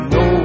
no